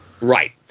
Right